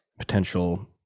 potential